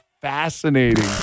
fascinating